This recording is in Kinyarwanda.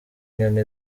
inyoni